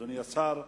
אדוני השר,